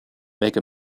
make